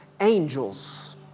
Angels